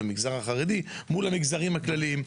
החרדי מול המגזרים הכלליים.